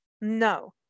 No